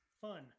fun